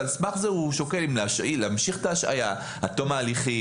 ועל סמך זה הוא שוקל אם להמשיך את ההשעיה על תום ההליכים,